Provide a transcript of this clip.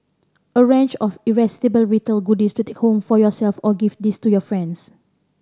a range of irresistible retail goodies to take home for yourself or gift these to your friends